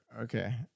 Okay